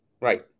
Right